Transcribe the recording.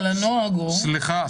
אבל הנוהג הוא --- סליחה,